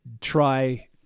Try